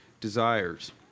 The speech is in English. desires